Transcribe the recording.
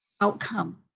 outcome